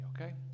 Okay